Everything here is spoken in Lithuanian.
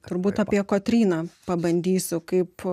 turbūt apie kotryną pabandysiu kaip